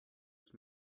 ich